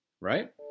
right